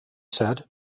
said